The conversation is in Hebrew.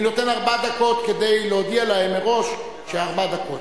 אני נותן ארבע דקות ומודיע להם מראש שארבע דקות.